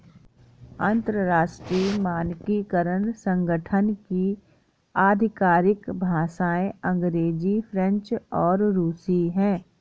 अंतर्राष्ट्रीय मानकीकरण संगठन की आधिकारिक भाषाएं अंग्रेजी फ्रेंच और रुसी हैं